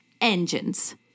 engines